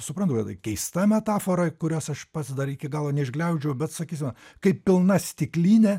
suprantu kad tai keista metafora kurios aš pats dar iki galo neišgliaudžiau bet sakysime kaip pilna stiklinė